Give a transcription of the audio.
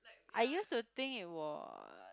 I used to think it was